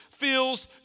feels